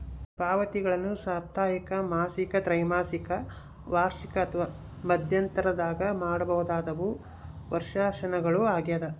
ಪಾವತಿಗಳನ್ನು ಸಾಪ್ತಾಹಿಕ ಮಾಸಿಕ ತ್ರೈಮಾಸಿಕ ವಾರ್ಷಿಕ ಅಥವಾ ಮಧ್ಯಂತರದಾಗ ಮಾಡಬಹುದಾದವು ವರ್ಷಾಶನಗಳು ಆಗ್ಯದ